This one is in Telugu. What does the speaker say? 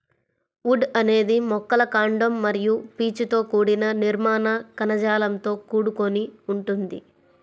వుడ్ అనేది మొక్కల కాండం మరియు పీచుతో కూడిన నిర్మాణ కణజాలంతో కూడుకొని ఉంటుంది